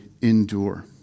endure